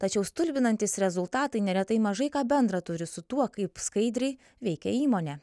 tačiau stulbinantys rezultatai neretai mažai ką bendra turi su tuo kaip skaidriai veikia įmonė